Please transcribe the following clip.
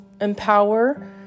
empower